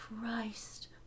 Christ